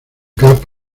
gap